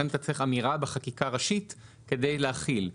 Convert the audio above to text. אתה צריך אמירה בחקיקה ראשית כדי להכליל.